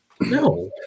No